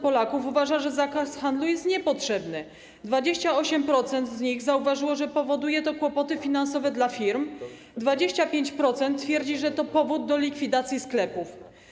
Polaków uważa, że zakaz handlu jest niepotrzebny, 28% z nich zauważyło, że powoduje to kłopoty finansowe firm, 25% twierdzi, że to powód do likwidacji sklepów.